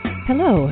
Hello